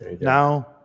now